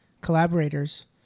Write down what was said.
collaborators